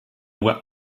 where